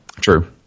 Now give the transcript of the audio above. True